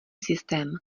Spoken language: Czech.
systém